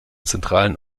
zentralen